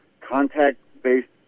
contact-based